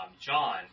John